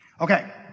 Okay